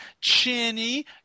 Chinny